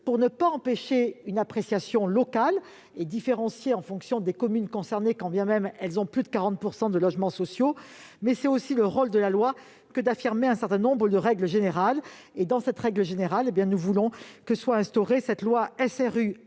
pour ne pas empêcher une appréciation locale et différenciée, en fonction des communes concernées, quand bien même elles dénombreraient plus de 40 % de logements sociaux. Mais c'est aussi le rôle de la loi que d'affirmer un certain nombre de règles générales. En l'occurrence, nous voulons voir instaurer cette loi SRU